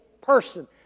person